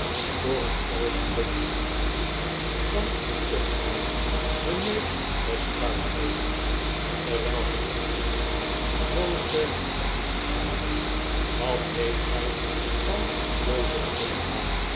voor een oogenblik verliet de gloed van den portwyn den neus des fruitkoopers terwyl hymompelde jozef toddyhigh watweetgy van jozef